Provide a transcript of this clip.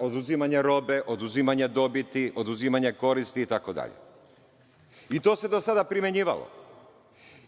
oduzimanja robe, oduzimanje dobiti, oduzimanje koristi itd. To se do sada primenjivalo.